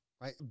right